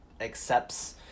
accepts